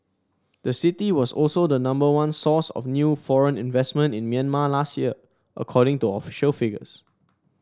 the city was also the number one source of new foreign investment in Myanmar last year according to official figures